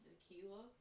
Tequila